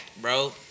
bro